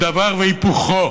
היא דבר והיפוכו.